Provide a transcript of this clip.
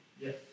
Yes